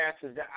passes